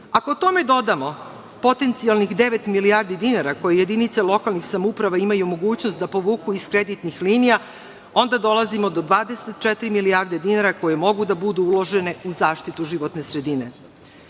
Ako tome dodamo potencijalnih devet milijardi dinara koje jedinice lokalnih samouprava imaju mogućnost da povuku iz kreditnih linija, onda dolazimo do 24 milijarde dinara koje mogu da budu uložene u zaštitu životne sredine. Ovde